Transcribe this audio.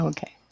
Okay